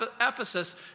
Ephesus